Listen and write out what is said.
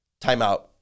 Timeout